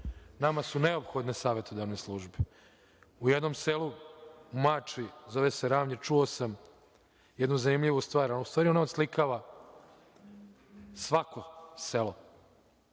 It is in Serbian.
Nama su neophodne savetodavne službe. U jednom selu u Mačvi, zove Ravni, čuo sam jednu zanimljivu stvar, u stvari, ona odslikava svako selo.